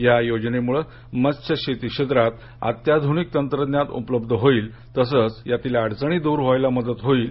या योजनेमुळे मत्स्यशेती क्षेत्रात अत्याधुनिक तंत्रज्ञान उपलब्ध होईल तसेच यातील अडचणी दूर होण्यास मदत होईल